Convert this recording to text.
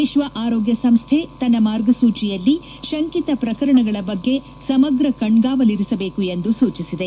ವಿಶ್ವ ಆರೋಗ್ಯ ಸಂಸ್ಥೆ ತನ್ನ ಮಾರ್ಗಸೂಚಿಯಲ್ಲಿ ಶಂಕಿತ ಪ್ರಕರಣಗಳ ಬಗ್ಗೆ ಸಮಗ್ರ ಕಣ್ನಾವಲಿರಿಸಬೇಕು ಎಂದು ಸೂಚಿಸಿದೆ